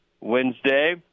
Wednesday